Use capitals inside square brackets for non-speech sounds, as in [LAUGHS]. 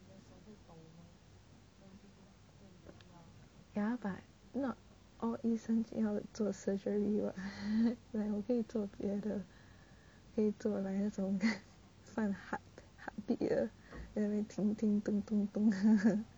ya but not all 医生要做 surgery [what] like [LAUGHS] 我可以做的别的可以做那种放 heartbeat 的叮叮咚咚